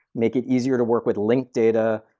make it easier to work with link data,